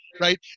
right